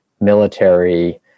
military